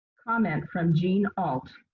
comment from jean ault.